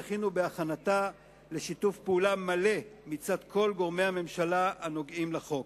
זכינו בהכנתה לשיתוף פעולה מלא מצד כל גורמי הממשלה הנוגעים לחוק.